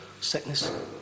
sickness